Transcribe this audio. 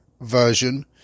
version